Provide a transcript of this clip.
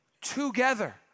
together